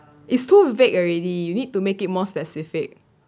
is too vague already you need to make it more specific